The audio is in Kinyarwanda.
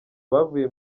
bavuye